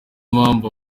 mpamvu